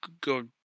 go